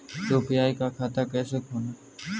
UPI का खाता कैसे खोलें?